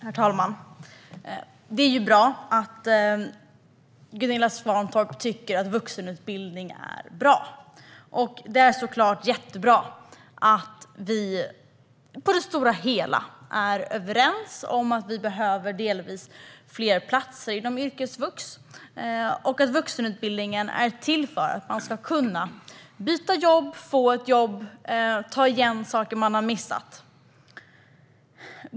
Herr talman! Det är bra att Gunilla Svantorp tycker att vuxenutbildning är bra. Det är såklart jättebra att vi på det stora hela är överens dels om att vi behöver fler platser inom yrkesvux, dels om att vuxenutbildningen är till för att man ska kunna byta jobb, få ett jobb och ta igen saker man har missat.